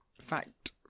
fact